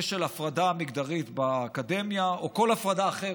של ההפרדה המגדרית באקדמיה או כל הפרדה אחרת,